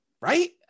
right